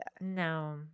no